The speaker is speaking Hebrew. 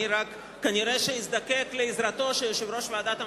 כנראה אזדקק לעזרתו של יושב-ראש ועדת המדע.